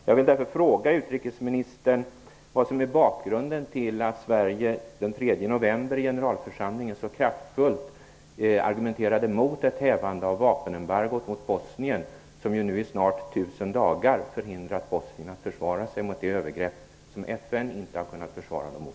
Jag vill därför fråga utrikesministern vad som är bakgrunden till att Sverige den 3 november i generalförsamlingen så kraftfullt argumenterade mot ett hävande av vapenembargot mot Bosnien, som nu i snart tusen dagar förhindrat bosnierna att försvara sig mot de övergrepp som FN inte har kunnat försvara dem mot.